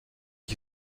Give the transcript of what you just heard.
ich